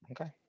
Okay